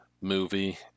movie